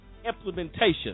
implementation